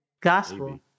Gospel